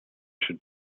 should